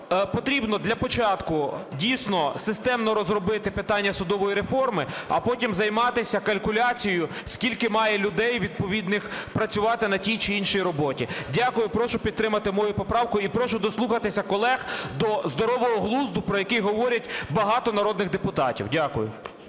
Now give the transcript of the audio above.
потрібно для початку, дійсно, системно розробити питання судової реформи, а потім займатися калькуляцією, скільки має людей відповідних працювати на тій чи іншій роботі. Дякую. Прошу підтримати мою поправку і прошу дослухатися колег до здорового глузду, про який говорять багато народних депутатів. Дякую.